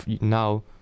now